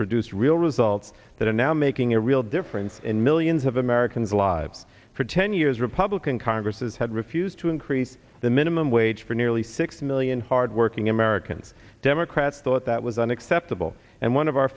produced real results that are now making a real difference in millions of americans lives for ten years republican congresses had refused to increase the minimum wage for nearly six million hardworking americans democrats thought that was unacceptable and one of our